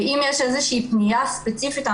אם יש איזושהי פנייה ספציפית,